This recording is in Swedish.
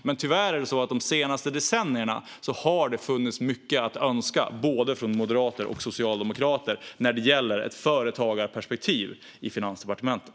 Det är tyvärr så att det under de senaste decennierna har funnits mycket att önska både från moderater och från socialdemokrater när det gäller ett företagarperspektiv i Finansdepartementet.